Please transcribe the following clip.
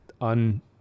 un